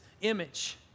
image